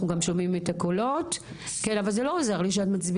אם זה תקן מדינה.